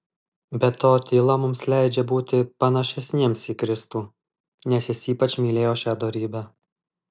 be to tyla mums leidžia būti panašesniems į kristų nes jis ypač mylėjo šią dorybę